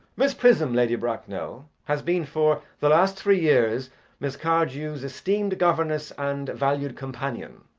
miss prism, lady bracknell, has been for the last three years miss cardew's esteemed governess and valued companion.